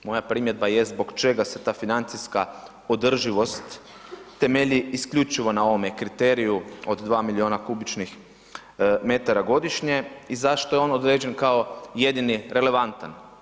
Moja primjedba je zbog čega se ta financijska održivost temelji isključivo na ovome kriteriju od 2 miliona m3 godišnje i zašto je on određen kao jedini relevantan?